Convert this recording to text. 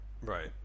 Right